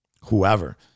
whoever